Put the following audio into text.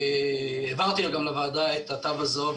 העברתי לוועדה את התו הזהוב,